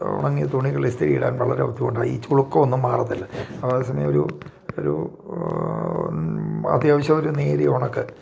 ഉണങ്ങിയ തുണികൾ ഇസ്തിരി ഇടേണ്ടവരുടെ അടുത്ത് കൊണ്ടോയി ഈ ചുളുക്കവൊന്നും മാറത്തില്ല അതേസമയം ഒരു ഒരൂ അത്യാവശ്യമായ ഒരു നേരിയ ഉണക്ക്